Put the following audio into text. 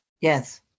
Yes